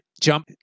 jump